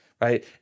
right